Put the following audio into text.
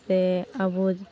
ᱥᱮ ᱟᱵᱚ